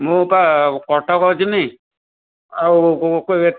ମୁଁ ପା କଟକ ଆସିଛି ଆଉ ଏତେ